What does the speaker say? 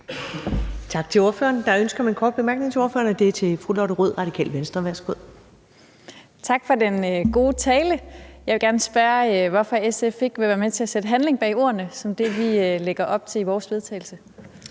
Tak til ordføreren. Der er ønske om en kort bemærkning til ordføreren, og den er fra fru Lotte Rod, Radikale Venstre. Værsgo. Kl. 19:42 Lotte Rod (RV): Tak for den gode tale. Jeg vil gerne spørge, hvorfor SF ikke vil være med til at sætte handling bag ordene som det, vi lægger op til i vores forslag